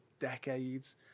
decades